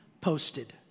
posted